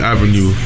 Avenue